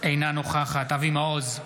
אינה נוכחת אבי מעוז,